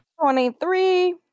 Twenty-three